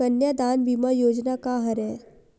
कन्यादान बीमा योजना का हरय?